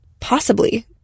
Possibly